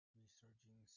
researching